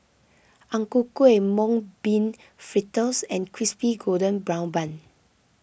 Ang Ku Kueh Mung Bean Fritters and Crispy Golden Brown Bun